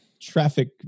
traffic